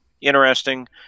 interesting